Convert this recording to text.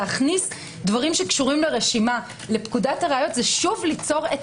להכניס דברים שקשורים לרשימה לפקודת הראיות זה שוב ליצור את